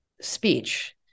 speech